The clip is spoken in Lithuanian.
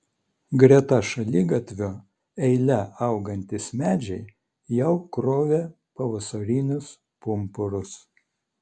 greta šaligatvio eile augantys medžiai jau krovė pavasarinius pumpurus